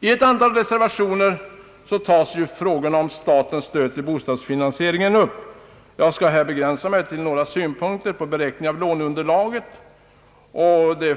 I ett antal reservationer upptas frågan om statens stöd till bostadsfinansieringen. Jag skall här begränsa mig till några synpunkter på beräkning av låneunderlaget.